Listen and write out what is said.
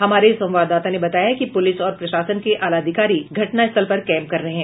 हमारे संवाददाता ने बताया है कि पुलिस और प्रशासन के आलाधिकारी घटनास्थल पर कैंप कर रहे हैं